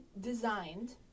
designed